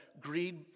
greed